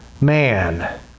man